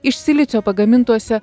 iš silicio pagamintuose